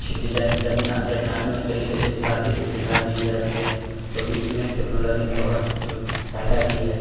अच्छी डिजाइन रचनात्मक तरीके से दिखा दिखा दी जाती है तो इसमें टेक्नोलॉजी ने बहुत सहायता की है